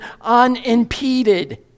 unimpeded